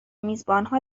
میزبانها